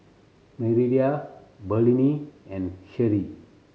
Nereida Brynlee and Sherree